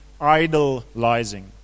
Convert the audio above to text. idolizing